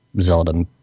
Zelda